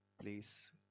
please